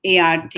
ART